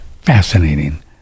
fascinating